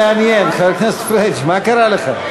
מה נורא מעניין, חבר הכנסת פריג', מה קרה לך?